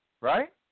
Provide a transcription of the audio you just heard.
right